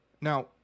Now